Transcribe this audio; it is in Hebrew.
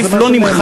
הסעיף לא נמחק,